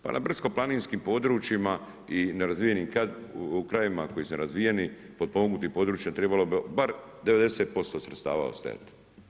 Pa na brdsko-planinskim područjima i nerazvijenim krajevima, koji su nerazvijeni, potpomognutim područjima trebalo bi bar 90% sredstava ostajati.